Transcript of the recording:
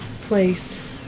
Place